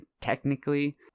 technically